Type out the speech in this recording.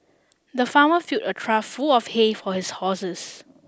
the farmer filled a trough full of hay for his horses